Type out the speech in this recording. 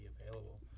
available